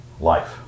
life